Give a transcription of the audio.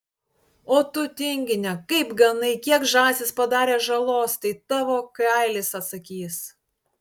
o tu tingine kaip ganai kiek žąsys padarė žalos tai tavo kailis atsakys